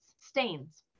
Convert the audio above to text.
stains